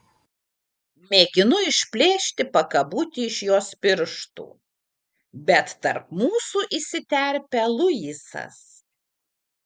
mėginu išplėšti pakabutį iš jos pirštų bet tarp mūsų įsiterpia luisas